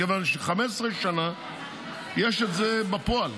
מכיוון ש-15 שנה יש את זה בפועל,